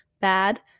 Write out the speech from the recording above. bad